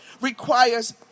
requires